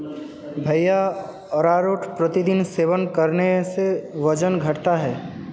भैया अरारोट प्रतिदिन सेवन करने से वजन घटता है